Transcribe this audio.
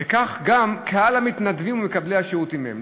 וכך גם קהל המתנדבים ומקבלי השירותים מהם.